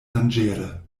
danĝere